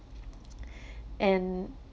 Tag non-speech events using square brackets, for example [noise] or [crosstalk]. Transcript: [breath] and